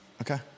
Okay